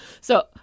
So-